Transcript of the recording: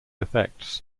effects